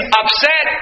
upset